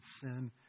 sin